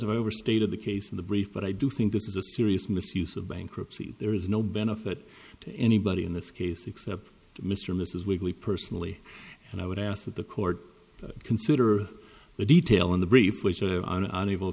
if i overstated the case in the brief but i do think this is a serious misuse of bankruptcy there is no benefit to anybody in this case except mr mrs weekly personally and i would ask that the court consider the detail in the brief